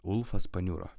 ulfas paniuro